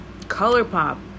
Colourpop